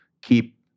Keep